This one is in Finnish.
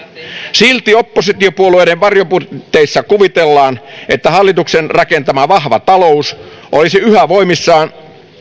silti oppositiopuolueiden varjobudjeteissa kuvitellaan että hallituksen rakentama vahva talous olisi yhä voimissaan